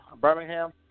Birmingham